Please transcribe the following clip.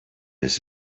his